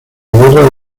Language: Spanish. guerra